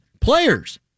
players